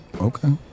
Okay